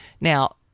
Now